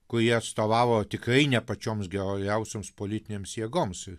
kurie atstovavo tikrai ne pačioms geriausioms politinėms jėgoms